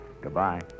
Goodbye